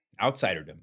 outsiderdom